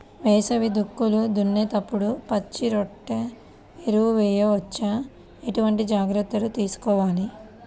వేసవి దుక్కులు దున్నేప్పుడు పచ్చిరొట్ట ఎరువు వేయవచ్చా? ఎటువంటి జాగ్రత్తలు తీసుకోవాలి?